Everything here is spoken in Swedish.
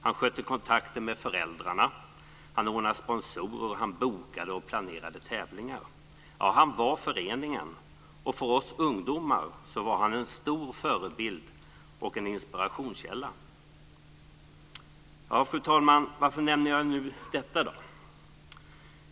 Han skötte kontakter med föräldrarna. Han ordnade sponsorer. Han bokade och planerade tävlingar. Ja, han var föreningen. För oss ungdomar var han en stor förebild och en inspirationskälla. Fru talman! Varför nämner jag då detta?